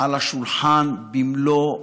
על השולחן במלוא הכוח.